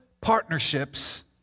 partnerships